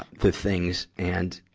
the things. and,